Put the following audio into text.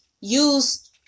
use